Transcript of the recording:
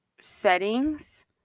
settings